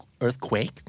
earthquake